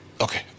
Okay